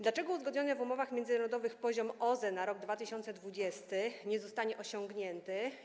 Dlaczego uzgodniony w umowach międzynarodowych poziom w zakresie OZE na rok 2020 nie zostanie osiągnięty?